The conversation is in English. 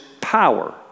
power